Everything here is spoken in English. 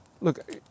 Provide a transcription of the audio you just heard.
look